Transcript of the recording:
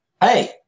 Hey